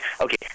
Okay